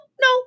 No